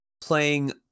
playing